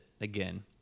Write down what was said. again